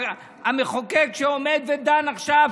המחוקק שעומד ודן עכשיו,